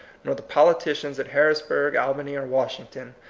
nor the politicians at harrisburg, albany, or wash ington,